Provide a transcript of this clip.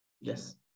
Yes